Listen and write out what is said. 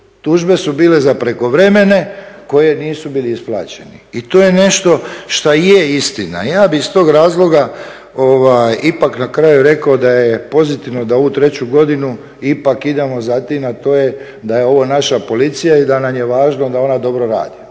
Tužbe su bile za prekovremene koji nisu bili isplaćeni i to je nešto što je istina. Ja bih iz tog razloga ipak na kraju rekao da je pozitivno da ovu treću godinu ipak idemo za tim, a to je da je ovo naša policija i da nam je važno da ona dobro radi.